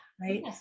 Right